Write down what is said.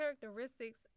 characteristics